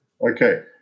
okay